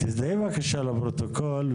תזדהי בבקשה לפרוטוקול.